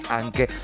anche